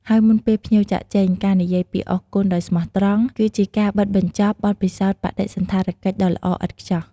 ហើយមុនពេលភ្ញៀវចាកចេញ ការនិយាយពាក្យ "អរគុណ" ដោយស្មោះត្រង់ គឺជាការបិទបញ្ចប់បទពិសោធន៍បដិសណ្ឋារកិច្ចដ៏ល្អឥតខ្ចោះ។